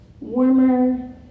warmer